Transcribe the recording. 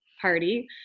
party